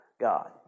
God